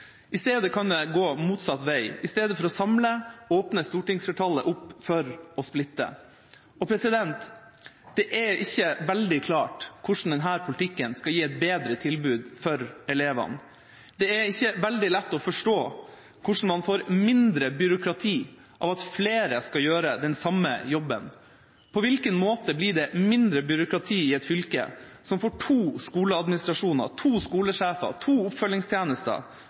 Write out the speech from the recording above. I stedet kan det gå motsatt vei: I stedet for å samle åpner stortingsflertallet for å splitte. Det er ikke veldig klart hvordan denne politikken skal gi et bedre tilbud for elevene. Det er ikke veldig lett å forstå hvordan man får mindre byråkrati av at flere skal gjøre den samme jobben. På hvilken måte blir det mindre byråkrati i et fylke som får to skoleadministrasjoner, to skolesjefer, to oppfølgingstjenester,